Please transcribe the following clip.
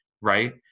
right